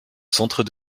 centre